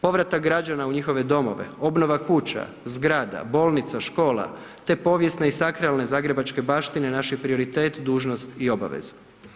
Povratak građana u njihove domove, obnova kuća, zgrada, bolnica, škola te povijesne i sakralne zagrebačke baštine naš je prioritet, dužnost i obaveza.